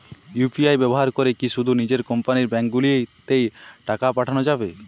UPI ব্যবহার করে কি শুধু নিজের কোম্পানীর ব্যাংকগুলিতেই টাকা পাঠানো যাবে?